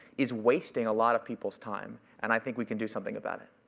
is wasting a lot of people's time. and i think we can do something about it.